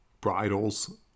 bridles